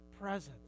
presence